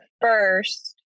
first